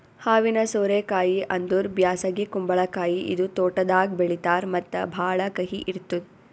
ಹಾವಿನ ಸೋರೆ ಕಾಯಿ ಅಂದುರ್ ಬ್ಯಾಸಗಿ ಕುಂಬಳಕಾಯಿ ಇದು ತೋಟದಾಗ್ ಬೆಳೀತಾರ್ ಮತ್ತ ಭಾಳ ಕಹಿ ಇರ್ತುದ್